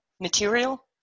material